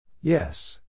Yes